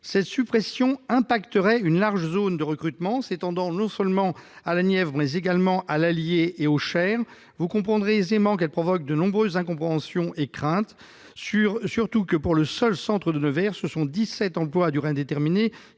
Cette suppression impacterait une large zone de recrutement s'étendant non seulement à la Nièvre mais également à l'Allier et au Cher. Vous comprendrez aisément qu'elle provoque de nombreuses incompréhensions et craintes. Ainsi, pour le seul centre de Nevers, ce sont 17 contrats à durée indéterminée